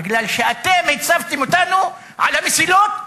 בגלל שאתם הצבתם אותנו על המסילות,